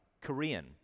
Korean